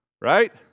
right